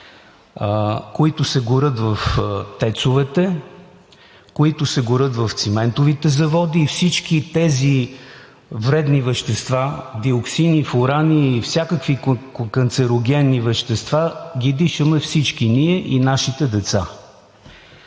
които се горят в ТЕЦ-овете, горят се в циментовите заводи и всички тези вредни вещества – диоксини, фурани и всякакви канцерогенни вещества ги дишаме всички ние и нашите деца.